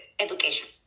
education